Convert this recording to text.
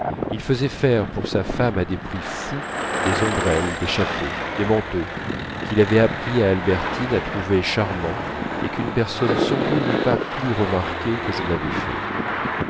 il faisait faire pour sa femme à des prix fous des ombrelles des chapeaux des manteaux qu'il avait appris à albertine à trouver charmants et qu'une personne sans goût n'eût pas plus remarqués que je n'avais fait